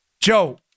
Joe